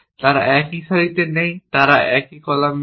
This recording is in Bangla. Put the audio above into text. তারা একই সারিতে নেই তারা একই কলামে নয়